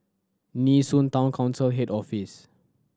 Nee Soon Town Council Head Office